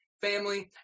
family